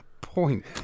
point